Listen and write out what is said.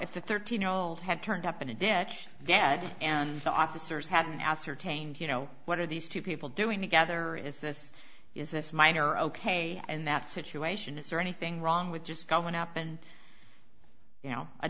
if the thirteen year old had turned up in a ditch dead and the officers hadn't ascertained you know what are these two people doing together is this is this minor ok in that situation is there anything wrong with just going up and y